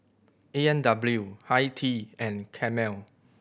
A and W Hi Tea and Camel